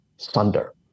thunder